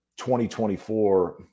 2024